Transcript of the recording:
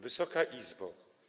Wysoka Izbo!